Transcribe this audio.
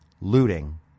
looting